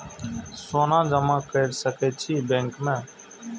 सोना जमा कर सके छी बैंक में?